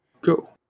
Go